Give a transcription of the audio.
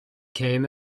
came